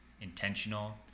intentional